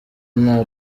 nta